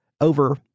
over